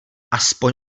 aspoň